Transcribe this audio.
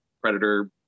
predator